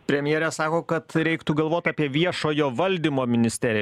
premjerė sako kad reiktų galvoti apie viešojo valdymo ministeriją